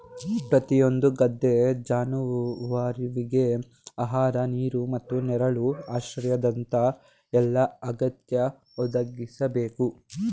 ಪ್ರತಿಯೊಂದು ಗದ್ದೆ ಜಾನುವಾರುವಿಗೆ ಆಹಾರ ನೀರು ಮತ್ತು ನೆರಳು ಆಶ್ರಯದಂತ ಎಲ್ಲಾ ಅಗತ್ಯ ಒದಗಿಸ್ಬೇಕು